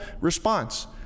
response